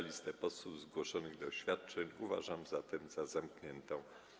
Listę posłów zgłoszonych do oświadczeń uważam zatem za zamkniętą.